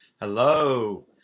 Hello